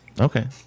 Okay